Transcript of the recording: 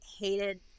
hated